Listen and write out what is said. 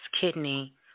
kidney